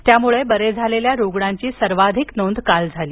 त्यामुळे बरे झालेल्या रुग्णांची सर्वाधिक नोंद काल झाली